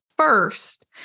first